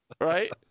Right